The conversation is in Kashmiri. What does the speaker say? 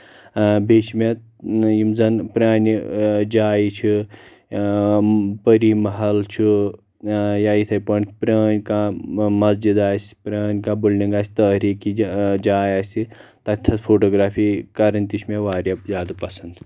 بیٚیہِ چھِ مےٚ یِم زَن پرانہِ جایہِ چھِ پٔری مَحل چھُ یا یِتھٕے پٲٹھۍ پرٲنۍ کانٛہہ مسجِد آسہِ پرٲنۍ کانٛہہ بِلڈنٛگ آسہِ تٲریکی جاے آسہِ تَتٮ۪س فوٹو گرافی کَرٕنۍ تہِ چھِ مےٚ واریاہ زیادٕ پسند